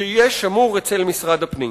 שיהיה שמור במשרד הפנים.